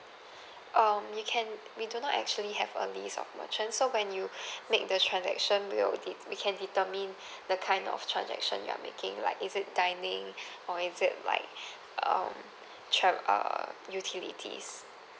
um you can we do not actually have a list of merchants so when you make the transaction we'll de~ we can determine the kind of transaction you're making like is it dining or is it like um trav~ err utilities